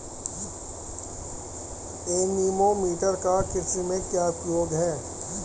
Anemometer का कृषि में क्या उपयोग है?